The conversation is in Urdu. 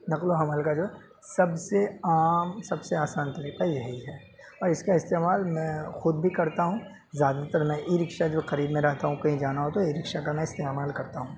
نقل و حمل کا جو سب سے عام سب سے آسان طریقہ یہی ہے اور اس کا استعمال میں خود بھی کرتا ہوں زیادہ تر میں ای رکشہ جو قریب میں رہتا ہوں کہیں جگہ جانا ہو تو ای رکشہ کا میں استعمال کرتا ہوں